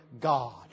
God